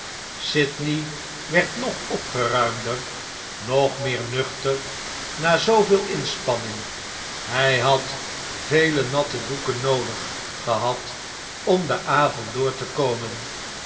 sydney werd nog opgeruimder nog meer nuchter na zooveel inspanning hij had vele natte doeken noodig gehad om den avond door te komen